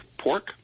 pork